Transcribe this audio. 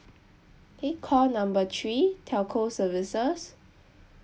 K call number three telco services